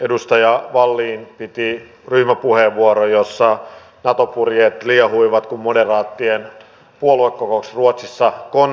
edustaja wallin piti ryhmäpuheenvuoron jossa nato purjeet liehuivat kuin moderaattien puoluekokouksessa ruotsissa konsanaan